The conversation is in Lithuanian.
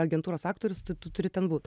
agentūros aktorius tu tu turi ten būt